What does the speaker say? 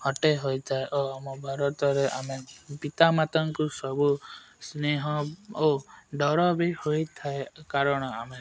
ଅଟେ ହୋଇଥାଏ ଓ ଆମ ଭାରତରେ ଆମେ ପିତାମାତାଙ୍କୁ ସବୁ ସ୍ନେହ ଓ ଡର ବି ହୋଇଥାଏ କାରଣ ଆମେ